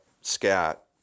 scat